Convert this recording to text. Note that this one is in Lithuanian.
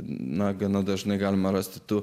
na gana dažnai galima rasti tų